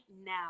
now